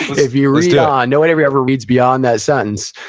if you read yeah on, no one ever ever reads beyond that sentence.